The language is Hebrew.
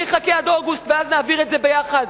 אני אחכה עד אוגוסט ואז נעביר את זה ביחד.